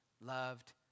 loved